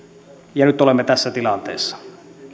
ja nyt olemme tässä tilanteessa se